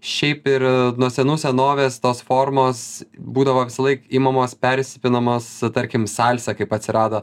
šiaip ir nuo senų senovės tos formos būdavo visąlaik imamos persipinamos tarkim salsa kaip atsirado